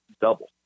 double